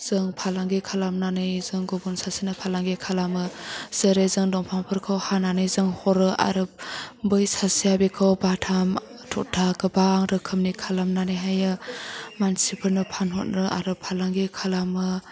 जों फालांगि खालामनानै जों गुबुन सासेनाव फालांगि खालामो जेरै जों दंफांफोरखौ हानानै जों हरो आरो बै सासेआ बेखौ बाथाम थगथा गोबां रोखोमनि खालामनानैहायो मानसिफोरनो फानहरो आरो फालांगि खालामो